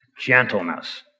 gentleness